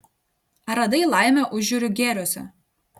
ar radai laimę užjūrių gėriuose